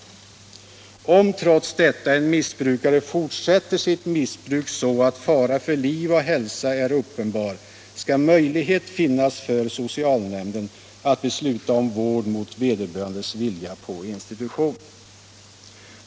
Om trots detta en missbrukare fortsätter sitt missbruk så, att fara för liv och hälsa är uppenbar, skall möjlighet finnas för socialnämnden att besluta om vård mot vederbörandes vilja på institution.